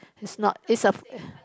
is not is a